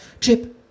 Chip